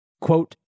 Quote